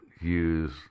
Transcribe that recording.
use